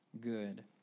good